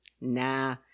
nah